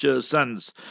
Sons